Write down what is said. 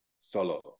solo